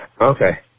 Okay